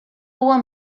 huwa